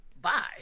bye